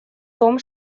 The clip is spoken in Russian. том